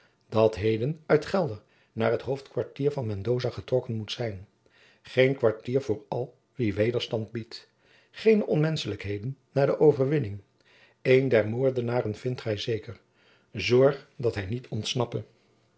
dat heden uit gelder naar het hoofdkwartier van mendoza getrokken moet zijn geen kwartier voor al wie wederstand jacob van lennep de pleegzoon biedt geene onmenschelijkheden na de overwinning een der moordenaren vindt gij zeker zorg dat hij niet ontsnappe